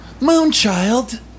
Moonchild